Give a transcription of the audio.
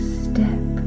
step